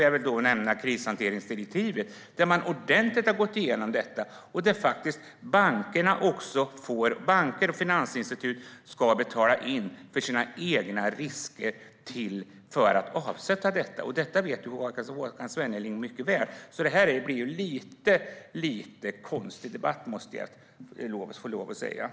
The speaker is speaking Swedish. Jag vill åter nämna krishanteringsdirektivet, där man ordentligt har gått igenom detta. Banker och finansinstitut ska betala in för sina egna risker och avsätta för det. Detta vet Håkan Svenneling mycket väl, så jag måste få lov att säga att det blir en lite konstig debatt.